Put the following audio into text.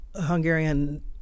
Hungarian